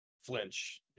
flinch